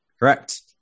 Correct